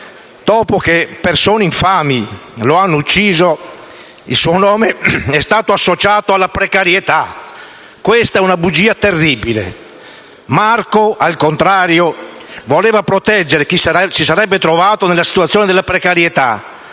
«Dopo che persone infami lo hanno ucciso, il suo nome è stato associato alla precarietà: questa è una bugia terribile. Marco al contrario voleva proteggere chi si sarebbe trovato in questa situazione di difficoltà».